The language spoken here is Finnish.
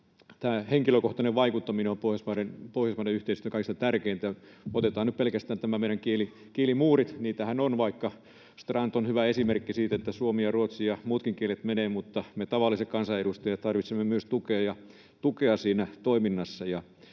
tämä henkilökohtainen vaikuttaminen on Pohjoismaiden yhteistyössä kaikista tärkeintä. Otetaan nyt pelkästään nämä meidän kielimuurit. Niitähän on, vaikka Strand on hyvä esimerkki siitä, että suomi ja ruotsi ja muutkin kielet menevät, mutta me tavalliset kansanedustajat tarvitsemme myös tukea siinä toiminnassa.